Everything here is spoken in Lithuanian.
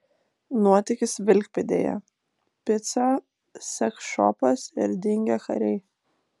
nuotykis vilkpėdėje pica seksšopas ir dingę kariai